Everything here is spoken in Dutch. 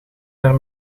naar